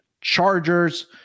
chargers